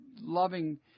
loving